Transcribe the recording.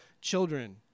children